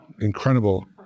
incredible